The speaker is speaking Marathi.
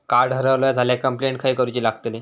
कार्ड हरवला झाल्या कंप्लेंट खय करूची लागतली?